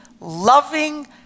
loving